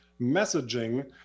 messaging